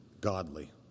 Godly